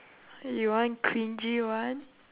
you want cringy one